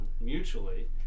mutually